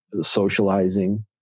socializing